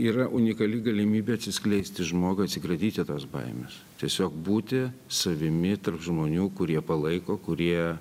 yra unikali galimybė atsiskleisti žmogui atsikratyti tos baimės tiesiog būti savimi tarp žmonių kurie palaiko kurie